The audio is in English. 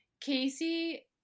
Casey